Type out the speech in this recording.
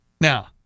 Now